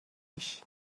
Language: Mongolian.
биш